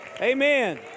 Amen